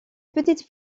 petite